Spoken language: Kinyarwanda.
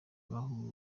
bahuriye